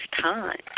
time